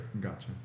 Gotcha